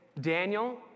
Daniel